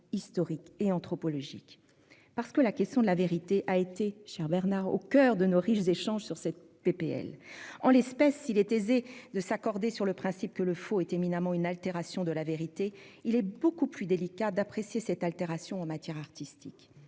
historique et anthropologique. La question de la vérité a été au coeur de nos riches échanges sur ce texte. S'il est aisé de s'accorder sur le principe que le faux est éminemment une altération de la vérité, il est beaucoup plus délicat d'apprécier cette altération en matière artistique.